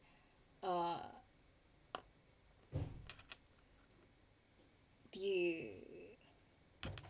uh the